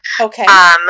Okay